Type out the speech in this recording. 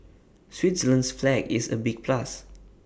Switzerland's flag is A big plus